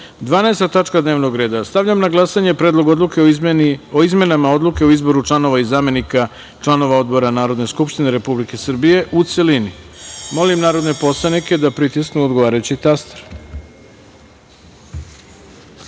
tačka dnevnog reda. Stavljam na glasanje Predlog odluke o izmenama Odluke o izboru članova i zamenika članova Odbora Narodne skupštine Republike Srbije , u celini. Molim narodne poslanike da pritisnu odgovarajući